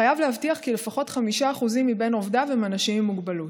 חייב להבטיח כי לפחות 5% מבין עובדיו הם אנשים עם מוגבלות.